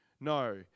no